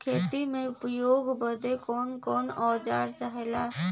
खेती में उपयोग बदे कौन कौन औजार चाहेला?